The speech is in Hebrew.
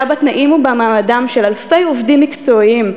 בתנאיהם ובמעמדם של אלפי עובדים מקצועיים,